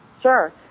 Sure